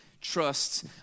trusts